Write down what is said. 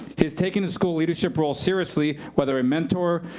he has taken his school leadership role seriously, whether a mentor,